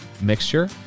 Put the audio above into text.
mixture